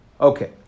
Okay